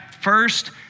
first